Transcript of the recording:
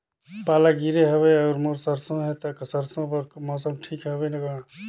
पाला गिरे हवय अउर मोर सरसो हे ता सरसो बार मौसम ठीक हवे कौन?